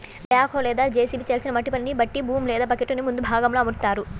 back హో లేదా JCB చేయాల్సిన మట్టి పనిని బట్టి బూమ్ లేదా బకెట్టుని ముందు భాగంలో అమరుత్తారు